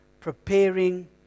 preparing